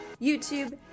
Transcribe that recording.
YouTube